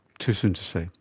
too soon to say.